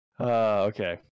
Okay